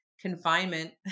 confinement